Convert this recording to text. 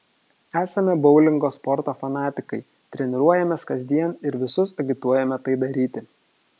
esame boulingo sporto fanatikai treniruojamės kasdien ir visus agituojame tai daryti